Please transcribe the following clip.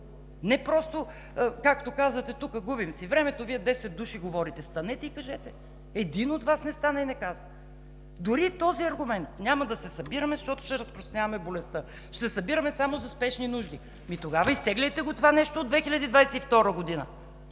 Не просто, както казвате тук: губим си времето, Вие десет души говорите! Станете и кажете! Един от Вас не стана и не каза, дори и този аргумент – няма да се събираме, защото ще разпространяваме болестта, ще се събираме само за спешни нужди. Ами тогава изтегляйте го това нещо от 2022 г.